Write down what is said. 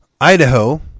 Idaho